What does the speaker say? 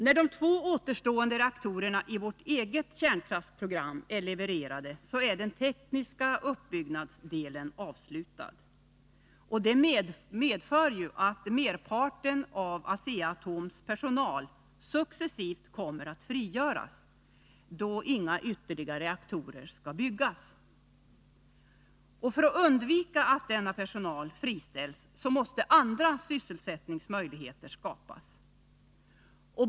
När de två återstående reaktorerna i vårt eget kärnkraftsprogram är levererade, är den tekniska uppbyggnadsdelen avslutad. Det medför att merparten av Asea-Atoms personal successivt kommer att frigöras, då inga ytterligare reaktorer skall byggas. För att undvika att denna personal friställs, måste andra sysselsättningsmöjligheter skapas.